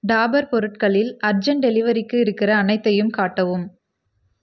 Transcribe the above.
டாபர் பொருட்களில் அர்ஜெண்ட் டெலிவரிக்கு இருக்கிற அனைத்தையும் காட்டவும்